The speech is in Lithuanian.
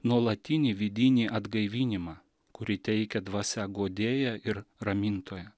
nuolatinį vidinį atgaivinimą kurį teikia dvasia guodėja ir ramintoja